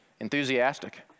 Enthusiastic